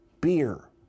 beer